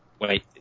Wait